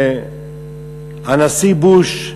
שהנשיא בוש,